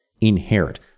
inherit